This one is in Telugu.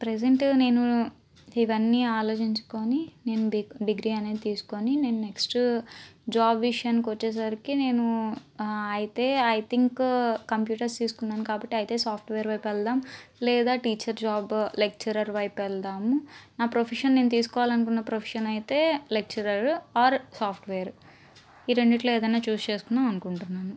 ప్రజెంట్ నేను ఇవన్నీ ఆలోచించుకొని నేను డి డిగ్రీ అనేది తీసుకొని నేను నెక్స్ట్ జాబ్ విషయంకి వచ్చేసరికి నేను అయితే ఐ థింక్ కంప్యూటర్స్ తీసుకున్నాను కాబట్టి అయితే సాఫ్ట్వేర్ వైపు వెళ్దాం లేదా టీచర్ జాబ్ లెక్చరర్ వైపు వెళ్దాము నా ప్రొఫెషన్ నేను తీసుకోవాలనుకున్న ప్రొఫెషన్ అయితే లెక్చరర్ ఆర్ సాఫ్ట్వేర్ ఈ రెండిటిలో ఏదైనా చూస్ చేసుకుందాం అనుకుంటున్నాను